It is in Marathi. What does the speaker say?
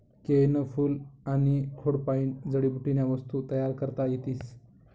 केयनं फूल आनी खोडपायीन जडीबुटीन्या वस्तू तयार करता येतीस